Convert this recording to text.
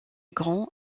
grand